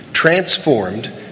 transformed